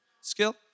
skill